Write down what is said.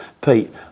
Pete